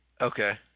Okay